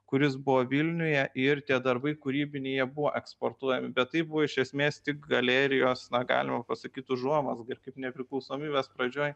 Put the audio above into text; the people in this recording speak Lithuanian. kuris buvo vilniuje ir tie darbai kūrybinėje buvo eksportuojami bet tai buvo iš esmės tik galerijos na galima pasakyt užuomazga ir kaip nepriklausomybės pradžioj